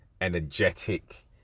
energetic